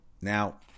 Now